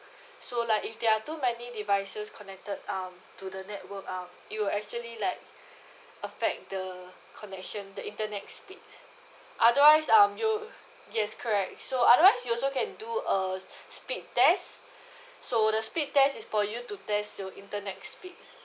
so like if there are too many devices connected um to the network um you actually like affect the connection the internet speed otherwise um you yes correct so otherwise you also can do a speed test so the speed test is for you to test your internet speed